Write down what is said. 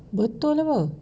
betul bah